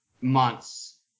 months